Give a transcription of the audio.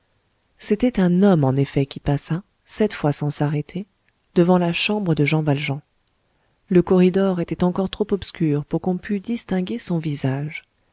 c'était un homme en effet qui passa cette fois sans s'arrêter devant la chambre de jean valjean le corridor était encore trop obscur pour qu'on pût distinguer son visage